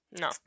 No